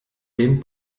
dem